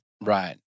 Right